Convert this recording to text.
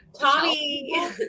Tommy